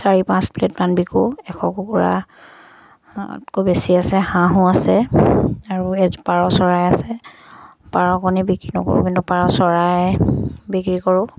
চাৰি পাঁচ প্লে'টমান বিকো এশ কুকুৰাতকৈ বেছি আছে হাঁহো আছে আৰু এযোৰ পাৰ চৰাই আছে পাৰ কণী বিক্ৰী নকৰোঁ কিন্তু পাৰ চৰাই বিক্ৰী কৰোঁ